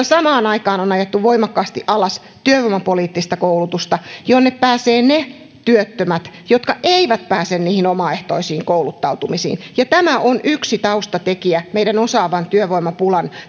samaan aikaan on ajettu voimakkaasti alas työvoimapoliittista koulutusta jonne pääsevät ne työttömät jotka eivät pääse niihin omaehtoisiin kouluttautumisiin tämä on yksi taustatekijä osaavan työvoimapulan